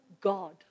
God